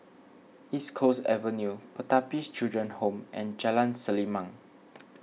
East Coast Avenue Pertapis Children Home and Jalan Selimang